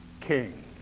king